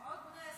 עוד נס.